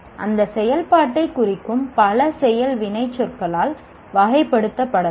அந்த செயல்பாட்டைக் குறிக்கும் பல செயல் வினைச்சொற்களால் வகைப்படுத்தலாம்